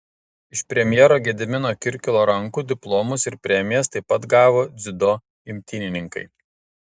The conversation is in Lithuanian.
iš premjero gedimino kirkilo rankų diplomus ir premijas taip pat gavo dziudo imtynininkai